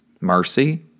mercy